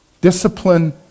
Discipline